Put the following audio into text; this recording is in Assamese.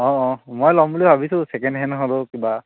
অঁ অঁ মই ল'ম বুলি ভাবিছোঁ ছেকেণ্ড হেণ্ড হ'লেও কিবা